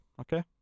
okay